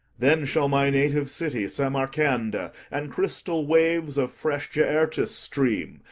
then shall my native city samarcanda, and crystal waves of fresh jaertis' stream,